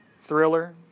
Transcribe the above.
Thriller